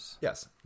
Yes